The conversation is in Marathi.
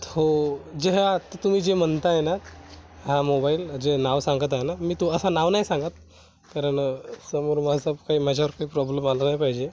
थो जे ह्या आत्ता तुम्ही जे म्हणत आहे ना हा मोबाईल जे नाव सांगत आहे ना मी तो असा नाव नाही सांगत कारण समोर माझं काही माझ्यावर काही प्रॉब्लेम आला नाही पाहिजे